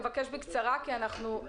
בבקשה.